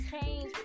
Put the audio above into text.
change